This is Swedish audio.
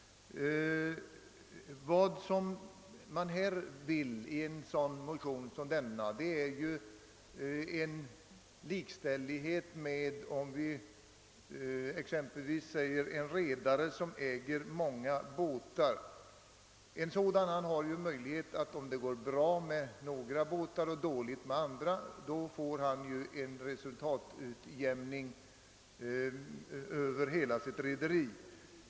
Vad man vill i en motion som denna är likställighet med t.ex. en redare som äger många båtar. En redare har möjlighet att om det går bra med några båtar och dåligt med andra få en resultatutjämning över hela sitt rederi.